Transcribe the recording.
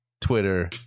Twitter